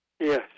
Yes